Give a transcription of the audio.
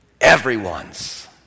Everyone's